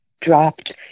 dropped